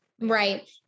Right